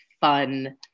fun